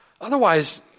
Otherwise